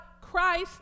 Christ